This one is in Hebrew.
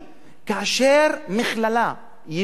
כאשר מכללה ידועה,